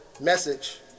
message